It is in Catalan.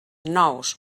nous